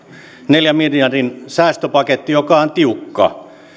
neljän miljardin säästöpaketti joka on tiukka